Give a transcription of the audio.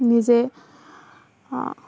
নিজে